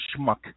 schmuck